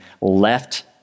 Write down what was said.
left